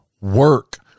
work